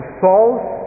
false